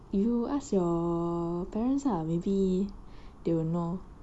you ask your parents lah maybe they will know